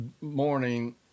morning